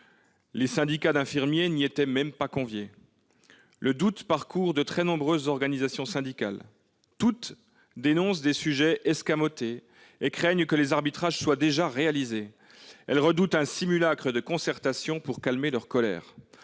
les syndicats d'infirmiers n'étaient même pas conviés ... Le doute gagne de très nombreuses organisations syndicales, qui déplorent des sujets escamotés et craignent que les arbitrages ne soient déjà réalisés. Elles redoutent un simulacre de concertation destiné à calmer leur colère.